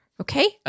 okay